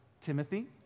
Timothy